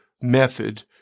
method